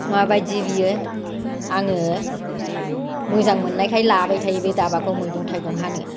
माबायदि बियो आङो मोजां मोननायखाय लाबाय थायो बे दाबाखौ मैगं थाइगं हानो